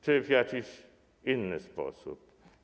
Czy w jakiś inny sposób?